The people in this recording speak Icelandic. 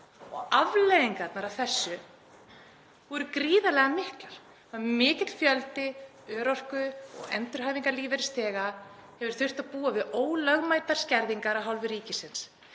Afleiðingarnar af þessu voru gríðarlega miklar. Mikill fjöldi örorku- og endurhæfingarlífeyrisþega hefur þurft að búa við ólögmætar skerðingar af hálfu ríkisins.